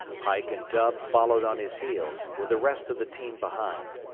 pike and dub followed on his heels, with the rest of the team behind.